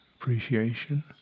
appreciation